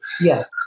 Yes